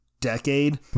decade